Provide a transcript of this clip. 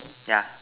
yeah